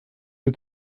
you